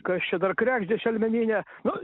kas čia dar kregždė šelmeninė nu